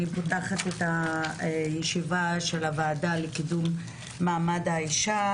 אני פותחת את הישיבה של הוועדה לקידום מעמד האישה,